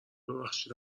ببخشید